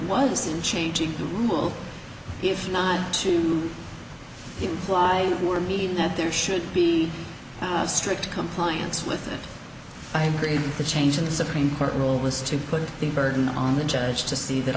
was in changing the rules if not to imply for me that there should be strict compliance with i agree the change in the supreme court rule was to put the burden on the judge to see that